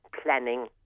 planning